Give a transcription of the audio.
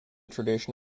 tradition